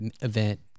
event